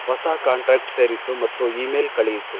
ಹೊಸ ಕಾಂಟ್ಯಾಕ್ಟ್ ಸೇರಿಸು ಮತ್ತು ಇ ಮೇಲ್ ಕಳಿಸು